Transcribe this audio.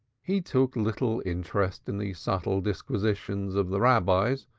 he took little interest in the subtle disquisitions of the rabbis,